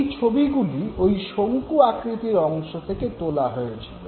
এই ছবিগুলি ঐ শংকু আকৃতির অংশ থেকে তোলা হয়েছিল